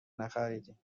نخریدی